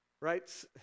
right